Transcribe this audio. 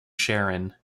sharon